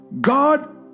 God